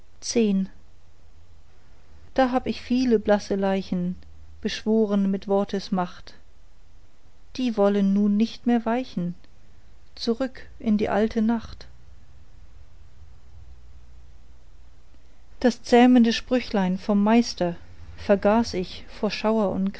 da hab ich viel blasse leichen beschworen mit wortesmacht die wollen nun nicht mehr weichen zurück in die alte nacht das zähmende sprüchlein vom meister vergaß ich vor schauer